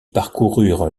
parcoururent